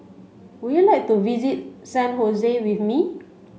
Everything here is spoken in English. would you like to visit San with me